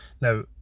Now